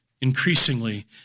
increasingly